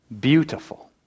Beautiful